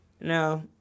no